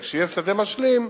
וכשיהיה שדה משלים,